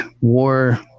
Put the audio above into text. war